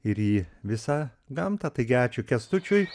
ir į visą gamtą taigi ačiū kęstučiui